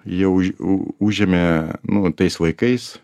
jau už u užėmė nu tais laikais